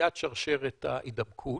בקטיעת שרשרת ההידבקות.